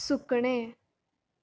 सुकणें